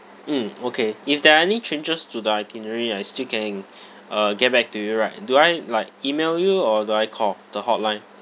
mm okay if there are any changes to the itinerary I still can uh get back to you right do I like email you or do I call the hotline